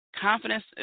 Confidence